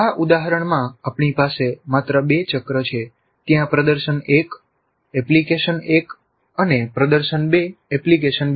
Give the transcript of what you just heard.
આ ઉદાહરણમાં આપણી પાસે માત્ર બે ચક્ર છે ત્યાં પ્રદર્શન 1 એપ્લિકેશન 1 અને પ્રદર્શન 2 એપ્લિકેશન 2